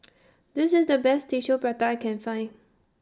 This IS The Best Tissue Prata I Can Find